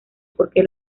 porque